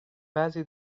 بعضی